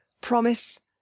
Promise